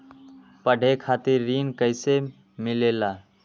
पढे खातीर ऋण कईसे मिले ला?